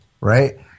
right